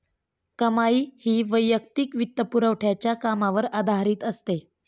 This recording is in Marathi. कमाई ही वैयक्तिक वित्तपुरवठ्याच्या कामावर आधारित असते